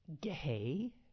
gay